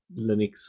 Linux